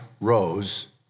rose